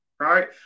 right